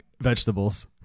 vegetables